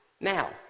now